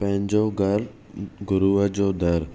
पंहिंजो घरु गुरुअ जो दरु